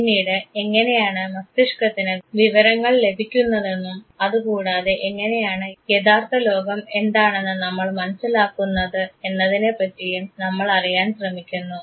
പിന്നീട് എങ്ങനെയാണ് മസ്തിഷ്കത്തിന് വിവരങ്ങൾ ലഭിക്കുന്നതെന്നും അതുകൂടാതെ എങ്ങനെയാണ് യഥാർത്ഥ ലോകം എന്താണെന്ന് നമ്മൾ മനസ്സിലാക്കുന്നത് എന്നതിനെപ്പറ്റിയും നമ്മൾ അറിയാൻ ശ്രമിക്കുന്നു